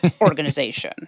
organization